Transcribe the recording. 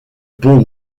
pont